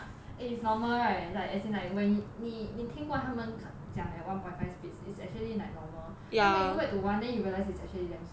eh it is normal right like as in like when 你你听过他们讲 at one point five speed is actually like normal then you go back to one then realize it's actually damn slow